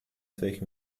فکر